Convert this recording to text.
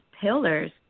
pillars